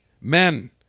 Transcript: men